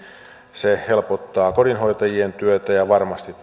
se helpottaa kodinhoitajien työtä ja varmasti